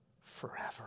forever